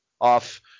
off